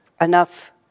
enough